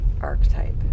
archetype